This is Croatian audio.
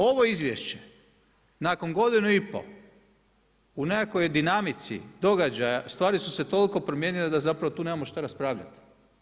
Ovo izvješće nakon godinu i pol u nekakvoj dinamici događaja, stvari su se toliko promijenile da zapravo tu nemamo šta raspravljati.